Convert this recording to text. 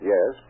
Yes